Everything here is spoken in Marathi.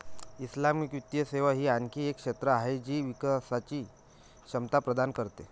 इस्लामिक वित्तीय सेवा ही आणखी एक क्षेत्र आहे जी विकासची क्षमता प्रदान करते